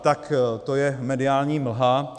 Tak to je mediální mlha.